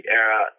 era